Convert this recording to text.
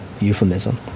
euphemism